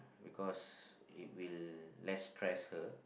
because it will less stress her